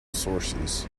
sources